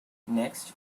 next